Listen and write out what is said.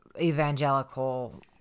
evangelical